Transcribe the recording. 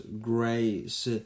grace